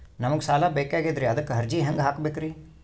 ನಮಗ ಸಾಲ ಬೇಕಾಗ್ಯದ್ರಿ ಅದಕ್ಕ ಅರ್ಜಿ ಹೆಂಗ ಹಾಕಬೇಕ್ರಿ?